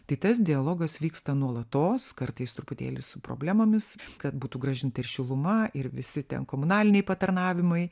tai tas dialogas vyksta nuolatos kartais truputėlį su problemomis kad būtų grąžinta ir šiluma ir visi ten komunaliniai patarnavimai